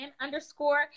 underscore